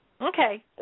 Okay